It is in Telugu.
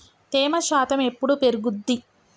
తేమ శాతం ఎప్పుడు పెరుగుద్ది?